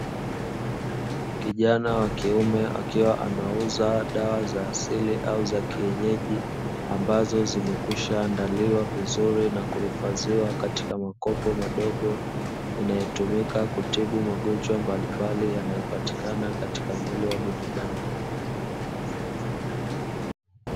Kijana wa kiume akiwa anauza dawa za asili au za kienyeji ambazo zimekwisha andaliwa vizuri na kuhifadhiwa katika makopo madogo inaetumika kutibu magonjwa mbalimbali yanaepatikana katika mwili wa binadamu.